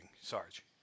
Sarge